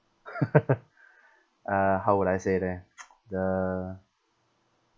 uh how would I say leh the